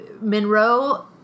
Monroe